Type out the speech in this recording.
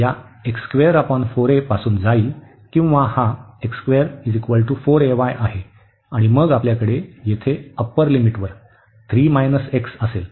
तर हा y या 4a पासून जाईल किंवा हा 4ay आहे आणि मग आपल्याकडे तेथे अप्पर लिमिटवर 3 x असेल